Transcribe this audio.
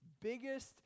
biggest